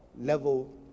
level